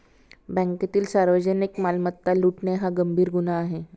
बँकेतील सार्वजनिक मालमत्ता लुटणे हा गंभीर गुन्हा आहे